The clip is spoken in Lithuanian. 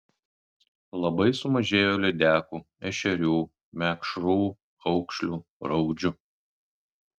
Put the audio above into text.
labai sumažėjo lydekų ešerių mekšrų aukšlių raudžių